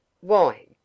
Why